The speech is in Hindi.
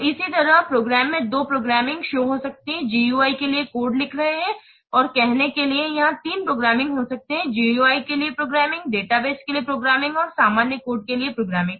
तो इसी तरह प्रोग्राम में दो प्रोग्रामिंग शो हो सकते हैं जो G U I के लिए कोड लिख रहे हैं और कहने के लिए यहां तीन प्रोग्रामिंग हो सकते हैं इस G U I के लिए प्रोग्रामिंग डेटाबेस के लिए प्रोग्रामिंग और सामान्य कोड के लिए प्रोग्रामिंग